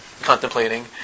contemplating